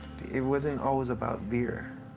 it wasn't always about beer.